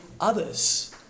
others